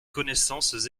connaissances